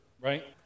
right